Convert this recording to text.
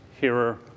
hearer